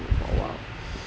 for a walk